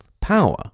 power